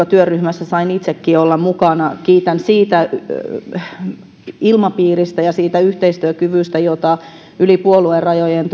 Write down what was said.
työryhmässä sain itsekin olla mukana ja kiitän siitä ilmapiiristä ja siitä yhteistyökyvystä mistä saimme yli puoluerajojen